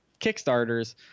Kickstarters